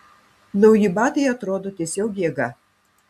nauji batai atrodo tiesiog jėga